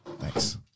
Thanks